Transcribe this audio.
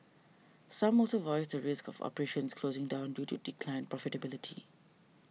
some also voiced the risk of operations closing down due to declined profitability